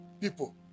people